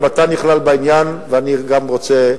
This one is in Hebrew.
גם אתה נכלל בעניין ואני גם רוצה,